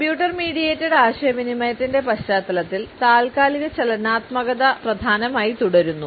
computer mediated ആശയവിനിമയത്തിന്റെ പശ്ചാത്തലത്തിൽ താൽക്കാലിക ചലനാത്മകത പ്രധാനമായി തുടരുന്നു